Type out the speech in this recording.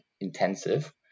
intensive